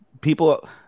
people